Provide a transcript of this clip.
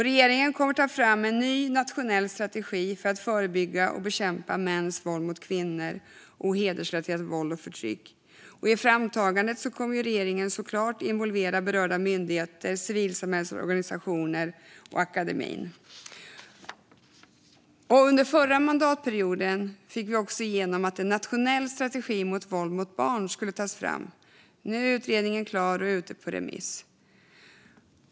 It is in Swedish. Regeringen kommer att ta fram en ny nationell strategi för att förebygga och bekämpa mäns våld mot kvinnor och hedersrelaterat våld och förtryck. I framtagandet kommer regeringen såklart att involvera berörda myndigheter, civilsamhällets organisationer och akademin. Under förra mandatperioden fick vi igenom att en nationell strategi mot våld mot barn skulle tas fram. Nu är utredningen klar och ute på remiss.